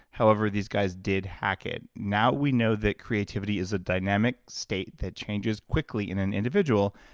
however these guys did hack it. now we know that creativity is a dynamic state that changes quickly in an individual.